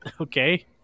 Okay